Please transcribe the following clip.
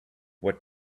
what